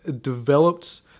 developed